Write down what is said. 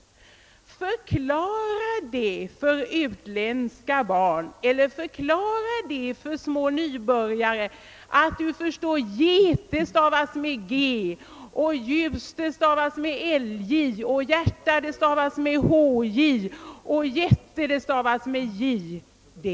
Jag kan försäkra fröken Åsbrink att det inte är lätt att förklara för utländska barn eller nybörjare att get stavas med g, ljus med lj, hjärta med hj och jätte med j.